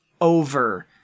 over